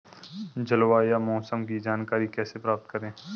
जलवायु या मौसम की जानकारी कैसे प्राप्त करें?